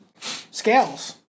scales